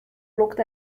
looked